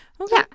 okay